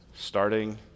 starting